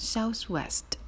Southwest